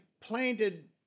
planted